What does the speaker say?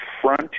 front